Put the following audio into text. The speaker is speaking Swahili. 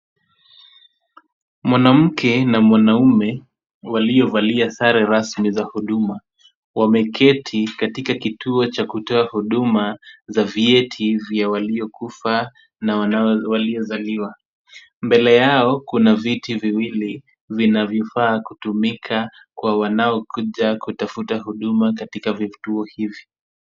Mwanamke na mwanaume waliovalia sare rasmi za huduma. Wameketi katika kituo cha kutoa huduma za vyeti vya waliokufa na waliozaliwa. Mbele yao kuna viti viwili vinavyofaa kutumika kwa wanaokuja kutafuta huduma katika vituo hivi.